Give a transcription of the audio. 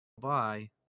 bye